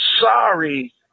sorry